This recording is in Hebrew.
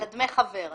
על דמי חבר?